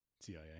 CIA